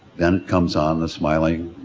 then comes on the smiling